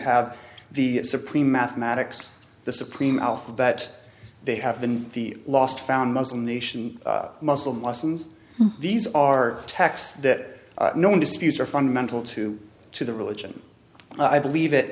have the supreme mathematics the supreme alphabet they have in the last found muslim nation muslim lawson's these are texts that no one disputes are fundamental to to the religion i believe